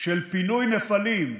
של פינוי נפלים,